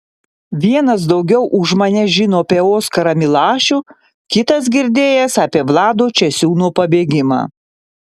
vienas daugiau už mane žino apie oskarą milašių kitas girdėjęs apie vlado česiūno pabėgimą